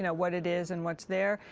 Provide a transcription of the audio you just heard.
and what it is and what's there.